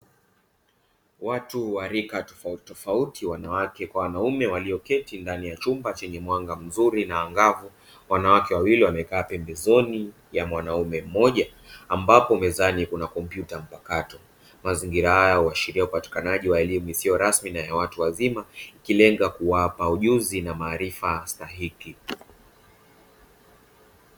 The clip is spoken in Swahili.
Watu wa rika tofauti tofauti, wanawake na wanaume, walioketi ndani ya chumba chenye mwanga mzuri na angavu. Wanawake wawili wamekaa pembezoni mwa mwanaume mmoja, ambapo mezani kuna kompyuta mpakato. Mazingira haya yanaashiria upatikanaji wa elimu isiyo rasmi kwa watu wazima, ikilenga kuapa ujuzi na maarifa stahiki.